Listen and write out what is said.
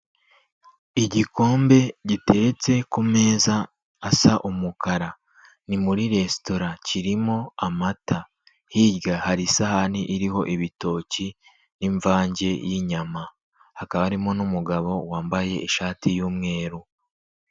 Igikombe giteretse ku meza asa umukara, ni muri resitora, kirimo amata, hirya hari isahani iriho ibitoki n'imvange y'inyama, hakaba harimo n'umugabo wambaye ishati y'umweru.